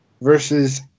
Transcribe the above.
versus